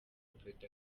perezida